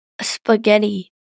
Spaghetti